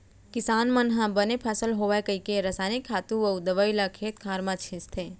किसान मन ह बने फसल होवय कइके रसायनिक खातू अउ दवइ ल खेत खार म छींचथे